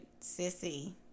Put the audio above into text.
sissy